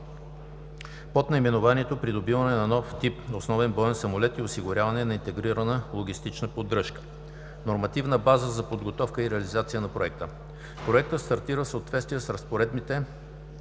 под наименованието: „Придобиване на нов тип основен боен самолет и осигуряване на интегрирана логистична поддръжка“. Нормативна база за подготовка и реализация на Проекта. Проектът стартира в съответствие с разпоредбите